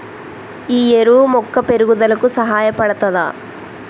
ఈ ఎరువు మొక్క పెరుగుదలకు సహాయపడుతదా?